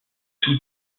tous